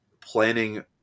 planning